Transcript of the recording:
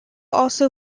also